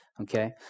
okay